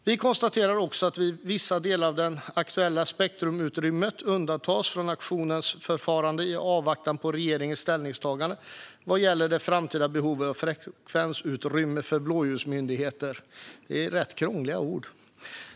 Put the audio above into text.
Vi konstaterar också att vissa delar av det aktuella spektrumutrymmet undantogs från auktionsförfarandet i avvaktan på regeringens ställningstagande vad gäller det framtida behovet av frekvensutrymme för blåljusmyndigheter. Det är rätt krångliga ord.